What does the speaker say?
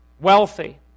wealthy